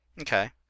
Okay